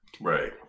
Right